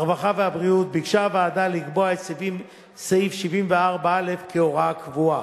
הרווחה והבריאות ביקשה הוועדה לקבוע את סעיף 74א כהוראה קבועה.